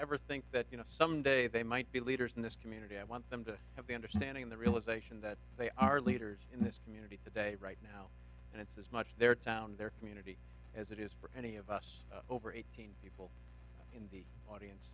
ever think that someday they might be leaders in this community i want them to be understanding the realization that they are leaders in this community today right now and it's as much their town their community as it is for any of us over eighteen the audience